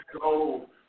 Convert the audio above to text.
go